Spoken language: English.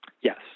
Yes